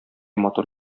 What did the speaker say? матур